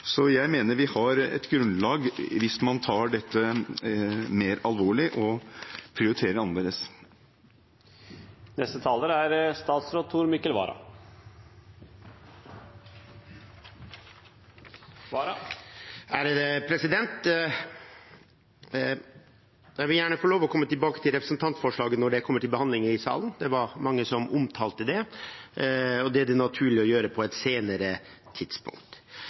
Jeg mener vi har et grunnlag hvis man tar dette mer alvorlig og prioriterer annerledes. Jeg vil gjerne få lov til å komme tilbake til representantforslaget når det kommer til behandling i salen. Det var mange som omtalte det, og det er det naturlig å gjøre på et senere tidspunkt.